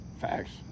Facts